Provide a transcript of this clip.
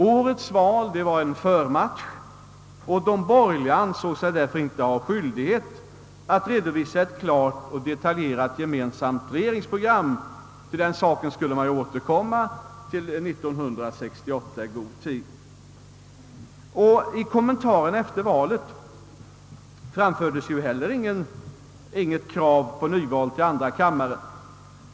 Årets val var en förmatch och de borgerliga ansåg sig därför inte ha skyldig het att redovisa ett klart och detaljerat gemensamt regeringsprogram. Härtill skulle man återkomma i god tid före 1968 års val. I kommentarerna efter valet framfördes heller inte något krav på nyval till andra kammaren.